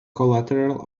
collateral